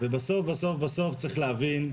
ובסוף בסוף בסוף צריך להבין,